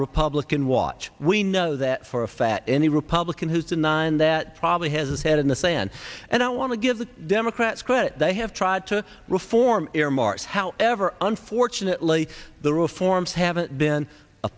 republican watch we know that for a fat any republican who's denying that probably has his head in the sand and i want to give the democrats credit they have tried to reform earmarks however unfortunately the reforms haven't been